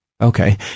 Okay